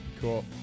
Cool